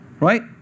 Right